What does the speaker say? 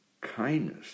kindness